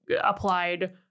applied